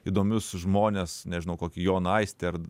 įdomius žmones nežinau kokį joną aistį ar